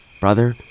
Brother